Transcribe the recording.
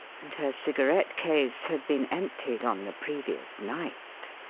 and her cigarette case had been emptied on the previous night.